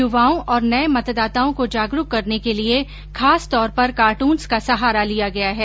युवाओं और नये मतदाताओं को जागरूक करने के लिये खास तौर पर कार्टून्स का सहारा लिया गया है